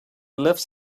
lives